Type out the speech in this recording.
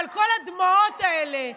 אבל כל הדמעות האלה בריאיון,